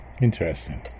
interesting